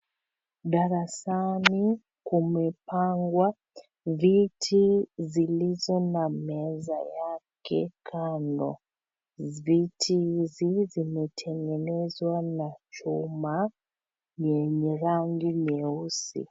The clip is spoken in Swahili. Darasani kumepangwa viti zilizo na meza yake kando, viti hizi zimetengenezwa na chuma yenye rangi nyeusi.